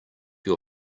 your